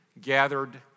gathered